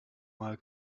mal